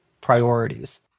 priorities